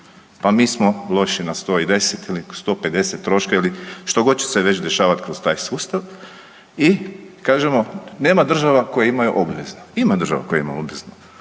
Pa mi smo loši na 110 ili 150 troška ili što god će se već dešavati kroz taj sustav i, kažemo, nema država koje imaju obvezno. Ima država koje ima obveznu